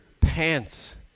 pants